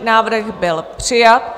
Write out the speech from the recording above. Návrh byl přijat.